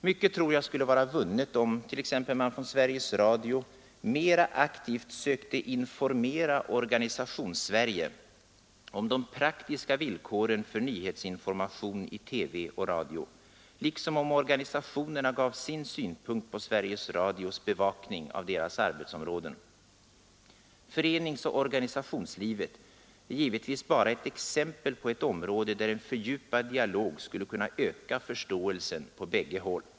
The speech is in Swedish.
Mycket tror jag skulle vara vunnet om t.ex. man från Sveriges Radio mera aktivt sökte informera Organisationssverige om de praktiska villkoren för nyhetsinformation i TV och radio, liksom om organisationerna gav sin synpunkt på Sveriges Radios bevakning av deras arbetsområden. Föreningsoch organisationslivet är givetvis bara ett exempel på ett område där en fördjupad dialog skulle kunna öka förståelsen på bägge håll.